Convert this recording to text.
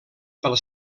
pel